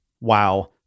wow